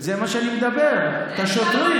זה מה שאני מדבר, את השוטרים.